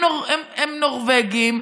הם נורבגים,